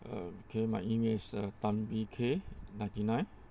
mm okay my email is uh tan B K ninety nine